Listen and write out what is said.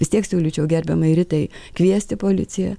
vis tiek siūlyčiau gerbiamai ritai kviesti policiją